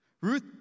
Ruth